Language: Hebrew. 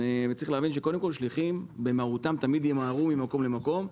צריך להבין ששליחים במהותם תמיד ימהרו ממקום למקום.